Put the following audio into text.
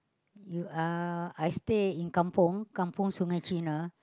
you uh I stay in kampung Kampung-Sungai-Cina